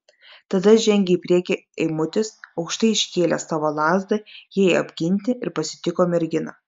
tada žengė į priekį eimutis aukštai iškėlęs savo lazdą jai apginti ir pasitiko merginą